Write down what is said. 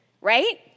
right